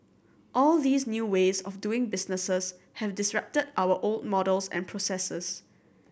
all these new ways of doing business have disrupted our old models and processes